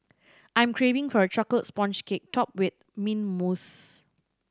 I am craving for a chocolate sponge cake topped with mint mousse